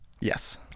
Yes